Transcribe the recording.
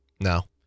No